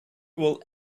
will